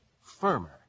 firmer